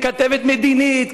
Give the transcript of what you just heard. כתבת מדינית,